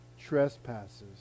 trespasses